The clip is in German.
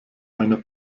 einer